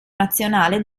nazionale